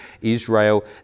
Israel